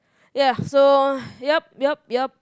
ya so yup yup yup